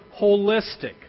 holistic